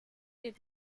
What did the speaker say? did